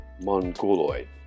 mongoloid